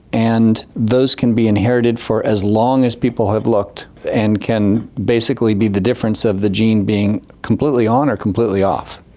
and those can be inherited for as long as people have looked and can basically be the difference of the gene being completely on or completely off,